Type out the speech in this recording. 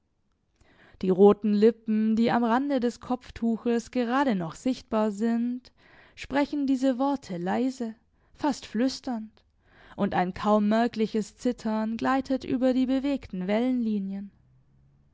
die roten lippen die am rande des kopftuches gerade noch sichtbar sind sprechen diese worte leise fast flüsternd und ein kaum merkliches zittern gleitet über die bewegten